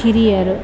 ಹಿರಿಯರು